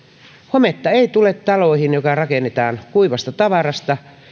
hometta ei tule taloon joka rakennetaan kuivasta tavarasta